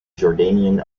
jordanian